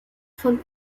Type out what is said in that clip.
von